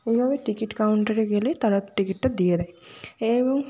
এইভাবে ticket counter গেলে তারা টিকিটটা দিয়ে দেয় এবং